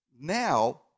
now